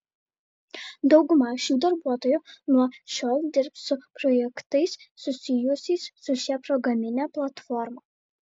dauguma šių darbuotojų nuo šiol dirbs su projektais susijusiais su šia programine platforma